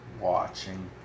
watching